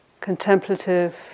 contemplative